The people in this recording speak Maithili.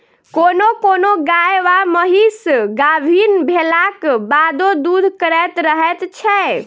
कोनो कोनो गाय वा महीस गाभीन भेलाक बादो दूध करैत रहैत छै